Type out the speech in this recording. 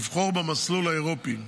לבחור ב"מסלול האירופי"